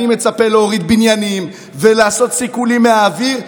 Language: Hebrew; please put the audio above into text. אני מצפה להוריד בניינים ולעשות סיכולים מהאוויר,